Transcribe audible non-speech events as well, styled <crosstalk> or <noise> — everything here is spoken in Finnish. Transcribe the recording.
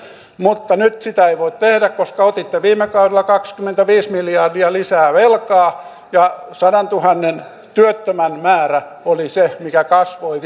mutta nyt sitä ei voi tehdä koska otitte viime kaudella kaksikymmentäviisi miljardia lisää velkaa ja sadantuhannen työttömän määrä oli se mikä kasvoi <unintelligible>